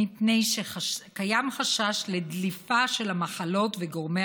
מפני שקיים חשש לדליפה של המחלות וגורמי